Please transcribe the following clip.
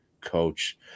coach